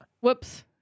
Whoops